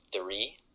three